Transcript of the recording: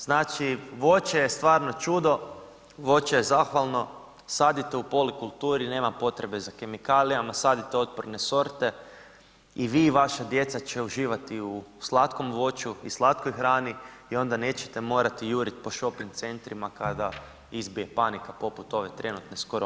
Znači, voće je stvarno čudo, voće je zahvalno, sadite u polikulturi, nema potrebe za kemikalijama, sadite otporne sorte i vi i vaša djeca će uživati u slatkom voću i slatkoj hrani i onda nećete morati jurit po Shopping centrima kada izbije panika poput ove trenutne s koronom.